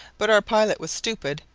but our pilot was stupid,